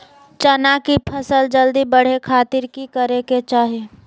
चना की फसल जल्दी बड़े खातिर की करे के चाही?